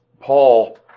Paul